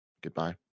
Goodbye